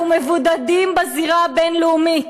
אנחנו מבודדים בזירה הבין-לאומית.